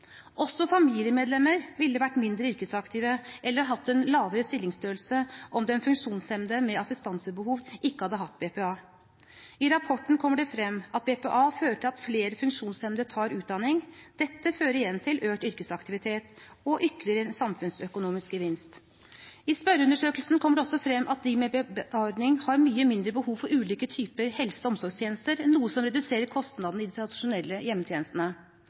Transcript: Også familiemedlemmer ville vært mindre yrkesaktive eller hatt en lavere stillingsstørrelse om den funksjonshemmede med assistansebehov ikke hadde hatt BPA. I rapporten kommer det fram at BPA fører til at flere funksjonshemmede tar utdanning. Dette fører igjen til økt yrkesaktivitet og ytterligere samfunnsøkonomisk gevinst. I spørreundersøkelsen kommer det også fram at de med BPA-ordning har mye mindre behov for ulike typer helse- og omsorgstjenester, noe som reduserer kostnadene i de tradisjonelle hjemmetjenestene.